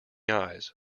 eyes